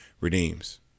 redeems